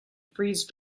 freeze